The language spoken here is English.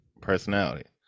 personality